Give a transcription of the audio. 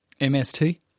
MST